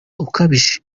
ukabije